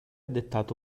dettato